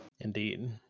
indeed